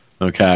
Okay